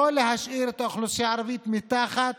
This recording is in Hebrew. לא להשאיר את האוכלוסייה הערבית מתחת